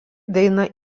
dainą